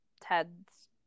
Ted's